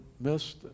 missed